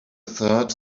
third